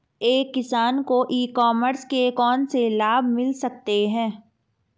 एक किसान को ई कॉमर्स के कौनसे लाभ मिल सकते हैं?